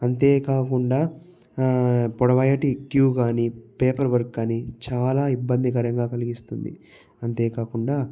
అంతేకాకుండా పొడవాటి క్యూ గాని పేపర్ వర్క్ గాని చాలా ఇబ్బంది కరంగా కలిగిస్తుంది అంతేకాకుండా